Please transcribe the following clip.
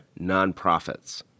nonprofits